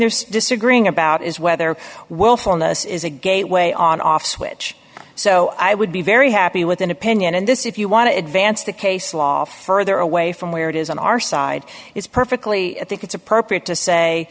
there's disagreeing about is whether willfulness is a gateway on off switch so i would be very happy with an opinion in this if you want to advance the case law further away from where it is on our side is perfectly i think it's appropriate to say